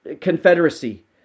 confederacy